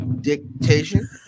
dictation